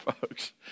folks